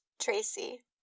Tracy